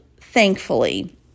thankfully